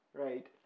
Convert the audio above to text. right